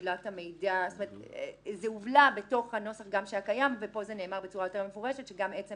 זה הובלע בנוסח הקיים ופה נאמר בצורה יותר מפורשת שגם עצם